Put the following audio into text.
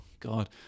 God